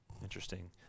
Interesting